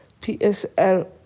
PSL